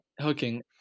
Hooking